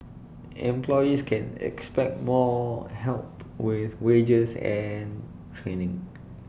employees can expect more help with wages and training